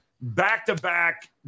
back-to-back